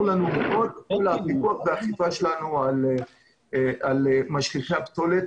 לנו מאוד לפיקוח ולאכיפה שלנו על משליכי הפסולת,